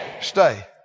Stay